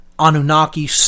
Anunnaki